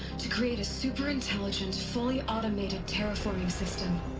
to create a super intelligent, fully automated terraforming system.